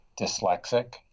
dyslexic